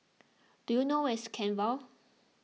do you know where is Kent Vale